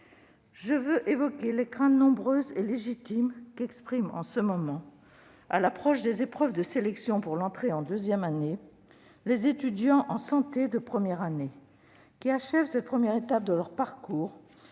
Je veux évoquer les craintes nombreuses et légitimes qu'expriment en ce moment, à l'approche des épreuves de sélection pour l'entrée en deuxième année, les étudiants en santé de première année, qui achèvent cette première étape de leur parcours